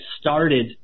started